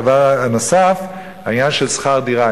הדבר הנוסף, העניין של שכר דירה.